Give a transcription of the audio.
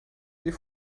die